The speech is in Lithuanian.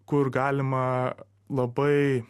kur galima labai